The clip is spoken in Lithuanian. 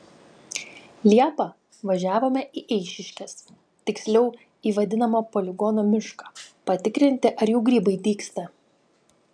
liepą važiavome į eišiškes tiksliau į vadinamą poligono mišką patikrinti ar jau grybai dygsta